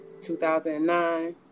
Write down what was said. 2009